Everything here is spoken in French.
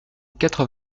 quatre